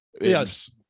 Yes